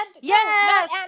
Yes